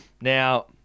Now